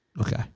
Okay